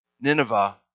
Nineveh